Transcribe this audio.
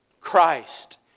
Christ